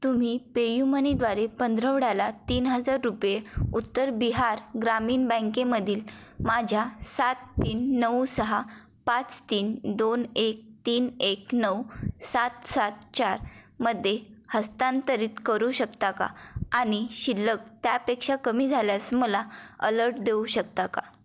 तुम्ही पेयुमनीद्वारे पंधरवड्याला तीन हजार रुपये उत्तर बिहार ग्रामीण बँकेमधील माझ्या सात तीन नऊ सहा पाच तीन दोन एक तीन एक नऊ सात सात चार मध्ये हस्तांतरित करू शकता का आणि शिल्लक त्यापेक्षा कमी झाल्यास मला अलर्ट देऊ शकता का